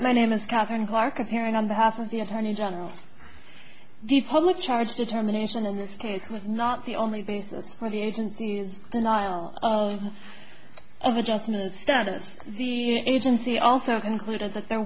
my name is katherine clarke appearing on behalf of the attorney general the public charge determination in this case was not the only basis for the agency's niall of adjustment of status the agency also concluded that there